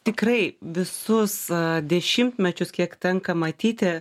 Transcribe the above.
tikrai visus dešimtmečius kiek tenka matyti